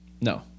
No